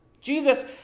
Jesus